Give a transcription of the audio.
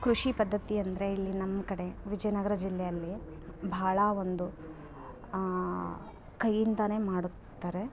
ಕೃಷಿ ಪದ್ಧತಿ ಅಂದರೆ ಇಲ್ಲಿ ನಮ್ಮ ಕಡೆ ವಿಜಯನಗರ ಜಿಲ್ಲೆಯಲ್ಲಿ ಭಾಳ ಒಂದು ಕೈ ಇಂದ ಮಾಡುತ್ತಾರೆ